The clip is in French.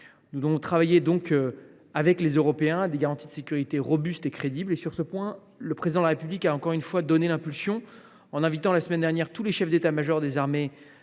Nous devons travailler, avec les Européens, à des garanties de sécurité robustes et crédibles. Sur ce point, le Président de la République a, encore une fois, donné l’impulsion, en invitant la semaine dernière tous les chefs d’état major des armées